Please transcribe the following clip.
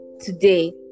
today